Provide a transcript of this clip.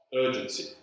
urgency